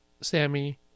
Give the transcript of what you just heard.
Sammy